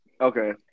Okay